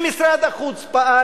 שמשרד החוץ פעל?